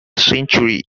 century